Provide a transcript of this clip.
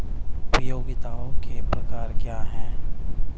उपयोगिताओं के प्रकार क्या हैं?